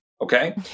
okay